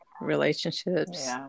Relationships